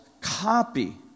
copy